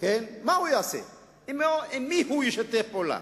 מה הוא יעשה, עם מי הוא ישתף פעולה,